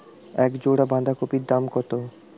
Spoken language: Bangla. এক জোড়া বাঁধাকপির দাম কত?